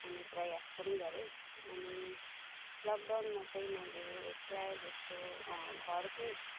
अनि प्रयास पनि गरेँ अनि लकडाउनमा चाहिँ मैले प्रायः जस्तो घरकै